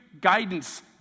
guidance